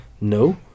No